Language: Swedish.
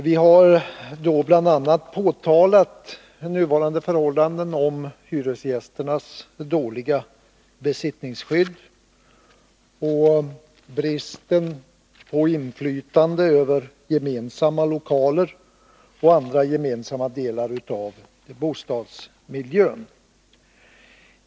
Vi har då bl.a. påtalat nuvarande förhållanden i fråga om hyresgästernas dåliga besittningsskydd samt bristen på inflytande över gemensamma lokaler och andra gemensamma delar av bostadsmiljön.